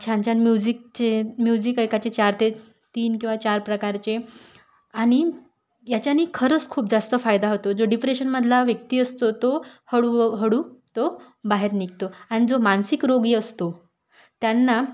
छान छान म्युजिकचे म्युजिक ऐकायचे चार ते तीन किंवा चार प्रकारचे आणि याच्याने खरंच खूप जास्त फायदा होतो जो डिप्रेशनमधला व्यक्ती असतो तो हळूहळू तो बाहेर निघतो आणि जो मानसिक रोगी असतो त्यांना